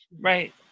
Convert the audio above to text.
right